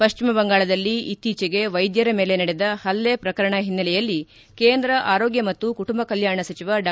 ಪಶ್ಲಿಮ ಬಂಗಾಳದಲ್ಲಿ ಇತ್ತೀಚೆಗೆ ವೈದ್ಯರ ಮೇಲೆ ನಡೆದ ಹಲ್ಲೆ ಪ್ರಕರಣ ಹಿನ್ನೆಲೆಯಲ್ಲಿ ಕೇಂದ್ರ ಆರೋಗ್ಯ ಮತ್ತು ಕುಟುಂಬ ಕಲ್ವಾಣ ಸಚಿವ ಡಾ